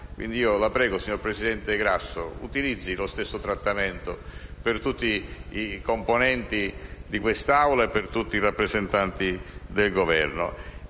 Quindi io la prego, signor presidente Grasso, utilizzi lo stesso trattamento per tutti i componenti di quest'Aula e per tutti i rappresentanti del Governo.